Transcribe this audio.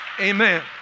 Amen